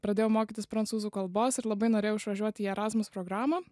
pradėjau mokytis prancūzų kalbos ir labai norėjau išvažiuoti į erasmus programą